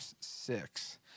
six